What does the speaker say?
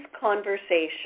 conversation